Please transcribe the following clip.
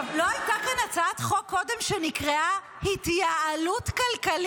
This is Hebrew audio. לא הייתה כאן קודם הצעת חוק שנקראה התייעלות כלכלית?